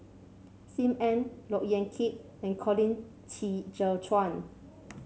Sim Ann Look Yan Kit and Colin Qi Zhe Quan